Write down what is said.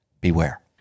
beware